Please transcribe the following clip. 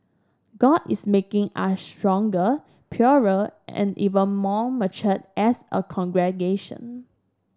god is making us stronger purer and even more mature as a congregation